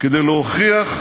כדי להשיב,